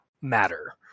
matter